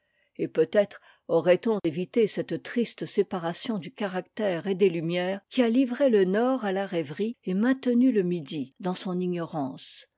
et peut-être aurait-on évité cette triste séparation du caractère et des lumières qui a tivré le nord à la rêverie et maintenu le midi dans son ignorance